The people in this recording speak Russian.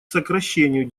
сокращению